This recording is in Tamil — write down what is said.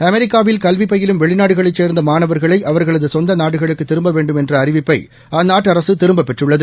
அமெரிக்காவில் கல்விபயிலும் வெளிநாடுகளைச் சேர்ந்தமாணவர்களைஅவர்களதுசொந்தநாடுகளுக்குத் திரும்பவேண்டும் என்றஅறிவிப்பைஅந்நாட்டுஅரசுதிரும்பப்பெற்றுள்ளது